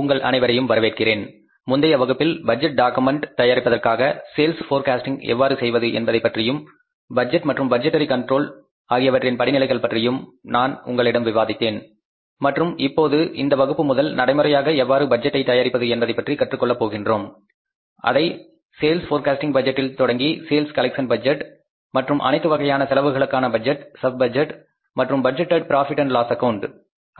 உங்கள் அனைவரையும் வரவேற்கிறேன் முந்திய வகுப்பில் பட்ஜெட் டாக்குமெண்ட் தயாரிப்பதற்காக சேல்ஸ் போர்க்காஸ்ட்டிங் எவ்வாறு செய்வது என்பதைப் பற்றியும் பட்ஜெட் மற்றும் பட்ஜெட்டரி கண்ட்ரோல் ஆகியவற்றின் படிநிலைகள் பற்றியும் நான் உங்களிடம் விவாதித்தேன் மற்றும் இப்போது இந்த வகுப்பு முதல் நடைமுறையாக எவ்வாறு பட்ஜெட்டை தயாரிப்பது என்பதைப்பற்றி கற்றுக் கொள்ளப் போகின்றோம் அதை சேல்ஸ் போர்க்காஸ்ட்டிங் பட்ஜெட்டில் தொடங்கி சேல்ஸ் கலெக்சன் பட்ஜெட் மற்றும் அனைத்து வகையான செலவுகளுக்கான பட்ஜெட் சப் பட்ஜெட் மற்றும் budgeted profit and loss account